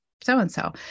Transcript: so-and-so